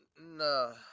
No